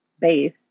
base